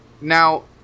Now